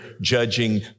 judging